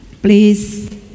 Please